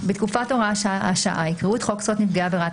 בתקופת הוראת השעה יקראו את חוק זכויות נפגעי עבירה,